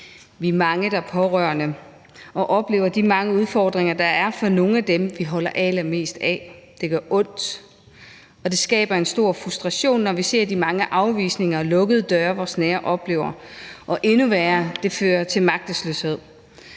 Vi er mange, der er pårørende og oplever de mange udfordringer, der er for nogle af dem, vi holder allermest af. Det gør ondt. Det skaber en stor frustration, når vi ser de mange afvisninger og lukkede døre, vores nære oplever. Og endnu værre: Det fører til magtesløshed.